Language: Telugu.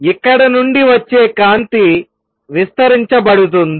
ఇక్కడ నుండి వచ్చే కాంతి విస్తరించబడుతుంది